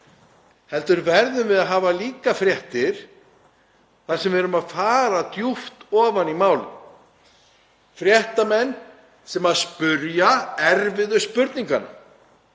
heldur verðum við líka að hafa fréttir þar sem við erum að fara djúpt ofan í málin. Fréttamenn sem spyrja erfiðu spurninganna,